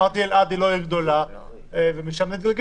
אמרתי שאלעד היא לא עיר גדולה ומשם זה התגלגל.